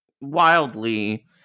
Wildly